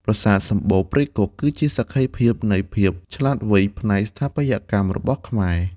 ប្រាសាទសំបូរព្រៃគុក គឺជាសក្ខីភាពនៃភាពឆ្លាតវៃផ្នែកស្ថាបត្យកម្មរបស់ខ្មែរ។